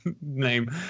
name